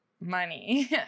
money